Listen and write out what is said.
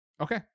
Okay